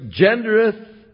gendereth